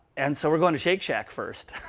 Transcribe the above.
and so we're going to shake shack first.